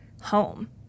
home